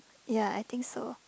ya I think so